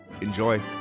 Enjoy